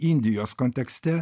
indijos kontekste